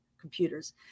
computers